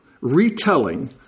retelling